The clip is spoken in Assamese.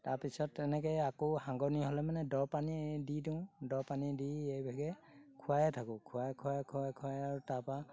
তাৰপিছত তেনেকৈ আকৌ হাগনী হ'লে মানে দৰৱ পানী দি দিওঁ দৰৱ পানী দি এইভাগে খুৱাইয়ে থাকোঁ খুৱাই খুৱাই খুৱাই খুৱাই আৰু তাৰপৰা